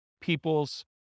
people's